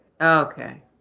Okay